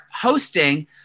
hosting